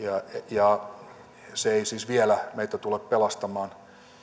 tuonnin vähentyminen ei siis vielä meitä tule pelastamaan